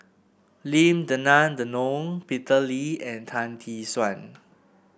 Lim Denan Denon Peter Lee and Tan Tee Suan